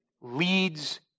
leads